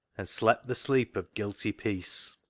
and slept the sleep of guilty peace.